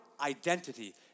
identity